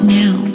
now